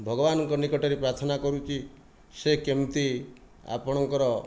ଭଗବାନଙ୍କ ନିକଟରେ ପ୍ରାର୍ଥନା କରୁଛି ସେ କେମିତି ଆପଣଙ୍କର